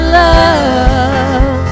love